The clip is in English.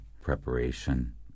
preparation